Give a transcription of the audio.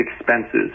expenses